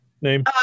name